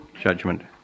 judgment